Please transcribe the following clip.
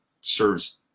serves